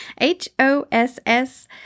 H-O-S-S